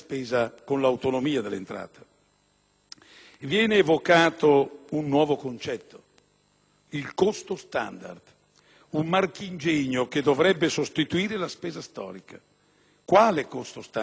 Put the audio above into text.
Viene evocato un nuovo concetto, il costo standard*,* un marchingegno che dovrebbe sostituire la spesa storica. Ma quale costo standard? Come? Chi lo definisce?